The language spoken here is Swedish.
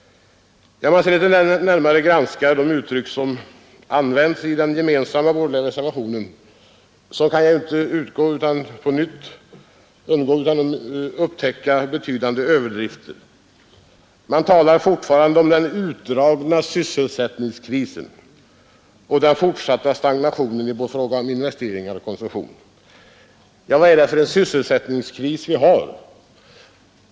Om man sedan granskar de uttryck som används i den gemensamma borgerliga reservationen litet närmare, så kan man inte undgå att upptäcka betydande överdrifter. Där talar man fortfarande om den utdragna sysselsättningskrisen och om den fortsatta stagnationen i fråga om både investeringar och konsumtion. Vad är det för sysselsättningskris vi har?